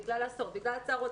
בגלל הצהרונים.